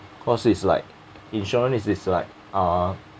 cause is like insurance it is like uh